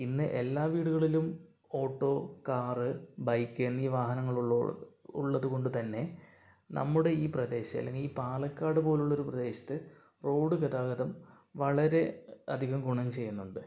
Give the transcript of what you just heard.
ഇന്ന് എല്ലാ വീടുകളിലും ഓട്ടോ കാർ ബൈക്ക് എന്നി വാഹങ്ങൾ ഉള്ള ഉള്ളതുകൊണ്ടുതന്നെ നമ്മുടെ ഈ പ്രദേശം അല്ലെങ്കിൽ ഈ പാലക്കാട് പോലുള്ള ഒരു പ്രദേശത്ത് റോഡ് ഗതാഗതം വളരെ അധികം ഗുണം ചെയ്യുന്നുണ്ട്